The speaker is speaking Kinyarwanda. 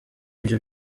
ibyo